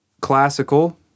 classical